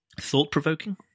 thought-provoking